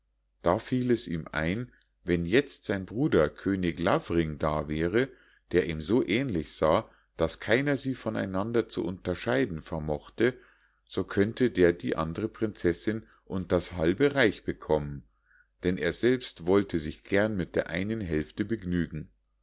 da fiel es ihm ein wenn jetzt sein bruder könig lavring da wäre der ihm so ähnlich sah daß keiner sie von einander zu unterscheiden vermochte so könnte der die andre prinzessinn und das halbe reich bekommen denn er selbst wollte sich gern mit der einen hälfte begnügen